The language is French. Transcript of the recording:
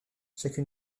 chacune